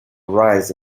rise